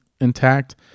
intact